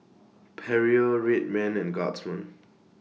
Perrier Red Man and Guardsman